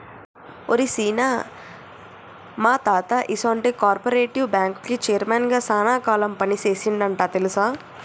ఓరి సీన, మా తాత ఈసొంటి కార్పెరేటివ్ బ్యాంకుకి చైర్మన్ గా సాన కాలం పని సేసిండంట తెలుసా